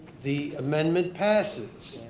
the amendment passes